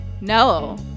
No